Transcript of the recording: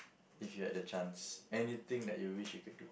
if you had the chance anything that you wish you could do